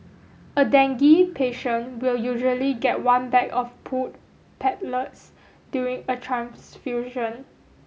a dengue patient will usually get one bag of pooled platelets during a transfusion